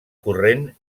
corrent